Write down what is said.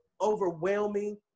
overwhelming